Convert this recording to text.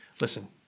Listen